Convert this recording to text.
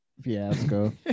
fiasco